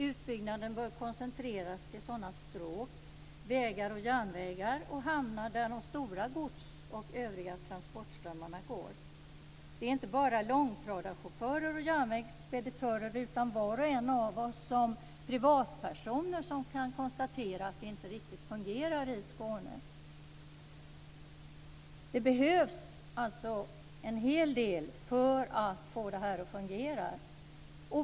Utbyggnaden bör koncentreras till sådana stråk, vägar, järnvägar och hamnar där de stora gods och övriga transportströmmarna går. Det gäller inte bara långtradarchaufförer och järnvägsspeditörer, utan också var och en av oss som privatpersoner kan konstatera att det inte riktigt fungerar i Det behövs alltså en hel del för att få det här att fungera.